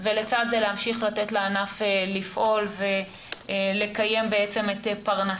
ולצד זה להמשיך לתת לענף לפעול ולקיים בעצם את פרנסתו.